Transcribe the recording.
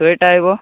ଶହେଟା ଆଇବ